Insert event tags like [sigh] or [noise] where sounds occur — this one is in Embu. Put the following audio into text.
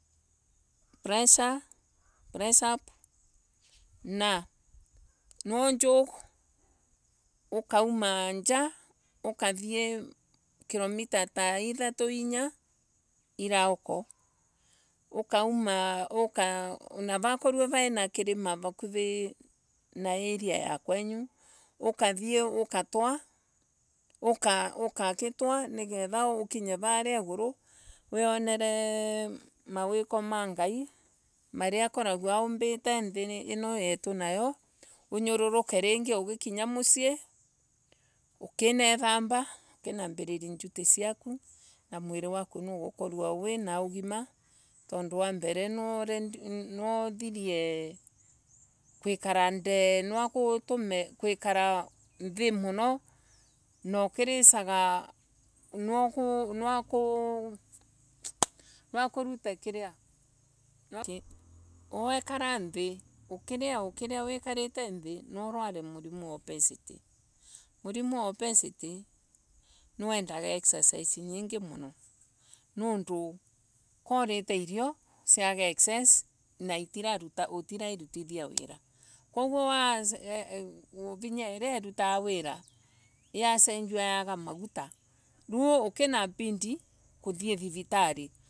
Press up, press up, na nwaujog ukauma njaa ukathie kilomita taa ithatu kana inya, irauko ukauma, kana wakoroa va ina irima kalivo na area ya kwenu, ukathie ugatwa ukagitwa nigetha ukinye Varia iguri wionere mawiko ma ngai Maria akoragwa aombete nthii ino yetu nayo unyoruruke ringi ugikinya musiii nario ukinaithamba na ukina ambiriria duty ciaku na mwili waku niogokorwa wina ugima Tundo WA mbele niwauthirie. gwikara ndee nwa gutume gwikara nthii muno na ukirisaga nwa kuuu [hesitation] kutume nwa kurute Kiria, wikara nthii ukiria wekarite nthii nwaurware kirimo WA obesity. kirimo wa obesity niwendaga exercise nyingi muno niundu kurute irio ciaga excesss na utira irutithia wira koguo vinya iria irutaga wira yasenjua yaagia maguta riu ikanabidi uthie thivitari